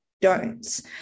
don'ts